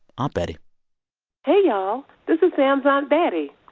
aunt betty hey, y'all. this is sam's aunt betty.